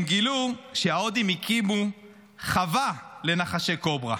הם גילו שההודים הקימו חווה לנחשי קוברה,